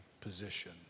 position